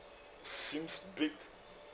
seems big